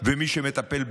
ויש מי שמטפל.